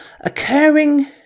Occurring